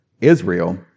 Israel